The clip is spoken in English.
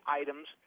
items